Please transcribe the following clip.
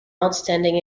outstanding